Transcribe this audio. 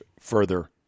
further